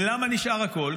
למה נשאר הכול?